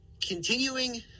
continuing